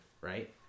Right